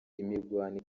imirwano